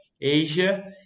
Asia